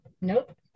Nope